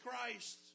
Christ